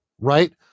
right